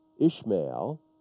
Ishmael